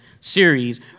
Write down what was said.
series